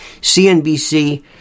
CNBC